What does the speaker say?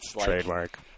Trademark